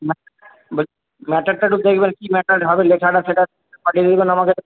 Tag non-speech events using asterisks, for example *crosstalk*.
না *unintelligible* ম্যাটারটা একটু দেখবেন কী ম্যাটার হবে লেখাটা সেটা পাঠিয়ে দেবেন আমাকে